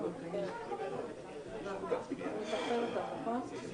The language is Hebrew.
אמרתי, לא, לא, זה לא במהות, צריך